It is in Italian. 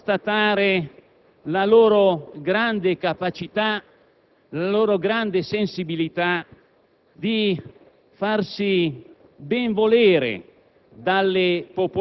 e ho sempre potuto constatare non solo il grande impegno, la grande professionalità, la grande dedizione